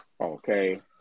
Okay